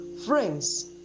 Friends